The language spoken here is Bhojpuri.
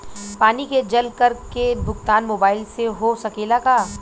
पानी के जल कर के भुगतान मोबाइल से हो सकेला का?